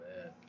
man